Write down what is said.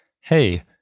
hey